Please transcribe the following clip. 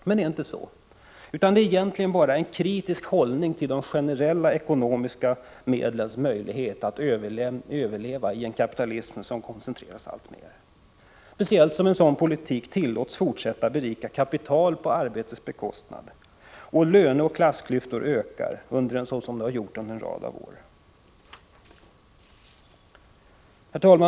Men det är inte alls så, utan det är egentligen bara en mer kritisk hållning till de generella ekonomiska medlens möjligheter att överleva i en kapitalism som koncentreras alltmer — speciellt om en sådan politik tillåts fortsätta att berika kapitalet på arbetets bekostnad samtidigt som löneoch klassklyftorna i samhället ökar så som de gjort under en rad år.